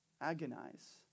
Agonize